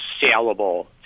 saleable